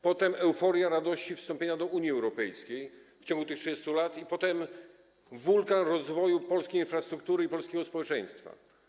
Potem była euforia, radość z wstąpienia do Unii Europejskiej - w ciągu tych 30 lat - i wulkan rozwoju polskiej infrastruktury i polskiego społeczeństwa.